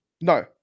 No